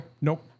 nope